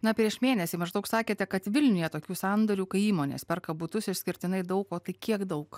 na prieš mėnesį maždaug sakėte kad vilniuje tokių sandorių kai įmonės perka butus išskirtinai daug o tai kiek daug